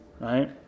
right